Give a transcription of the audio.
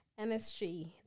MSG